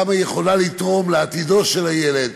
וכמה היא יכולה לתרום לעתידו של הילד,